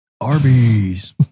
Arby's